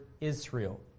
Israel